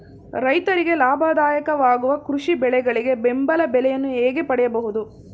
ರೈತರಿಗೆ ಲಾಭದಾಯಕ ವಾಗುವ ಕೃಷಿ ಬೆಳೆಗಳಿಗೆ ಬೆಂಬಲ ಬೆಲೆಯನ್ನು ಹೇಗೆ ಪಡೆಯಬಹುದು?